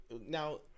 now